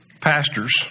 pastors